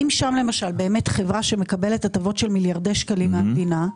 האם שם למשל באמת חברה שמקבלת הטבות של מיליארדי שקלים מהמדינה,